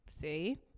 See